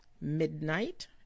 Midnight